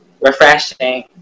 refreshing